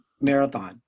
marathon